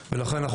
ולכן,